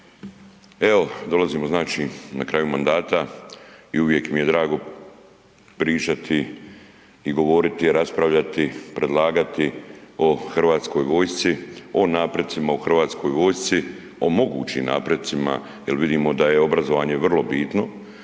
evo dolazimo znači na kraju mandata i uvijek mi je drago pričati i govoriti, raspravljati, predlagati o Hrvatskoj vojsci o napredcima u Hrvatskoj vojsci o mogućim napredcima jer vidimo da je obrazovanje vrlo bitno